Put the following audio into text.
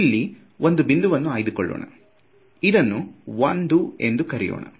ಇಲ್ಲಿ ಒಂದು ಬಿಂದುವನ್ನು ಆಯ್ದುಕೊಳ್ಳೋಣ ಇದನ್ನು 1 ಎಂದು ಕರೆಯೋಣ